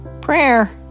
prayer